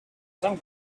some